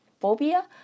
phobia